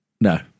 No